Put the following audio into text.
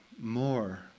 more